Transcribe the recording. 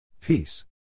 Peace